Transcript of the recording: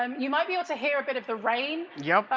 um you might be able to hear a bit of the rain? yeah tai